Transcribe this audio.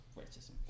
Racism